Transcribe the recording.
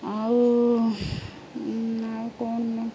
ଆଉ ଆଉ କଣ ମ